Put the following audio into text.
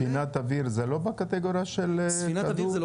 ספינת אוויר זה לא בקטגורית של כדור?